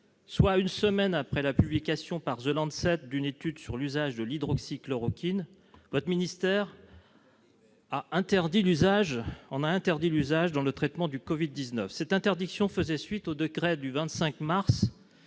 soit une semaine après la publication par d'une étude sur l'usage de l'hydroxychloroquine, votre ministère a interdit le recours à celle-ci dans le traitement du Covid-19. Cette interdiction faisait suite au décret du 25 mars,